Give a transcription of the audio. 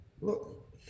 Look